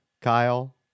Kyle